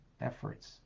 efforts